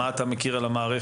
ומה אתה מכיר על המערכת?